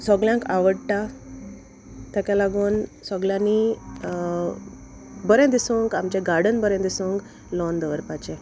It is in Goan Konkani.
सोगल्यांक आवडटा तेका लागोन सोगल्यांनी बरें दिसूंक आमचें गार्डन बरें दिसूंक लाॅन दवरपाचें